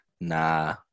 nah